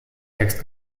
text